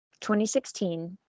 2016